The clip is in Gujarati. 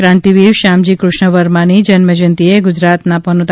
ક્રાંતીવીર શ્યામજી કૃષ્ણ વર્માની જન્મજયંતીએ ગુજરાતના પનોતા